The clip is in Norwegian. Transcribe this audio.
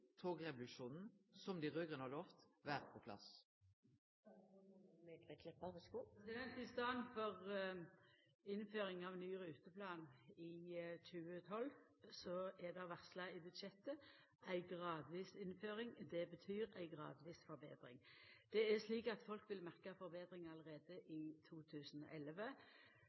togrevolusjonen som dei raud-grøne har lovt, vere på plass? I staden for innføring av ny ruteplan i 2012 er det i budsjettet varsla ei gradvis innføring. Det betyr ei gradvis forbetring. Det er slik at folk vil merka ei forbetring allereie i 2011.